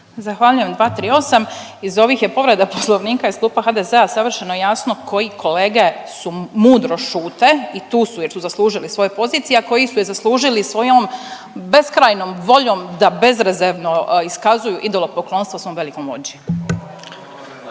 Zahvaljujem, 238.. Iz ovih je povreda poslovnika iz Kluba HDZ-a savršeno jasno koji kolege su, mudro šute i tu su jer su zaslužili svoje pozicije, a koji su je zaslužili svojom beskrajnom voljom da bezrezervno iskazuju idolopoklonstvo svom velikom vođi.